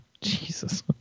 Jesus